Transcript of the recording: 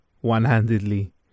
one-handedly